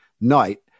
night